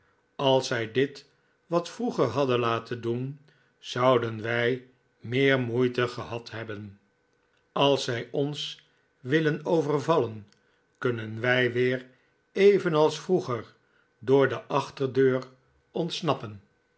als zij dit wat vroeger hadden laten doen zouden wij meer moeite gehad hebben als zij ons willen overvallen kunnen wij weer evenals vroeger door de achterdeur ontsnappen